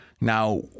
Now